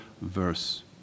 verse